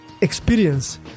experience